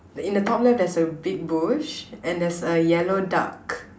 in the top left there's a big bush and there's a yellow duck